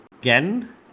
again